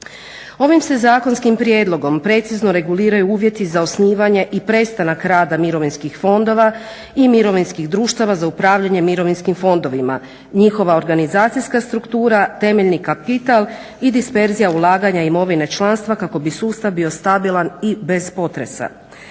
Ovim se zakonskim prijedlogom precizno reguliraju uvjeti za osnivanje i prestanak rada mirovinskih fondova i mirovinskih društava za upravljanje mirovinskim fondovima, njihova organizacijska struktura, temeljni kapital i disperzija ulaganja imovine članstva kako bi sustav bio stabilan i bez potresa.